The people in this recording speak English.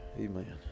Amen